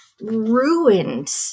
ruined